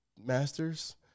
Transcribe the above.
Masters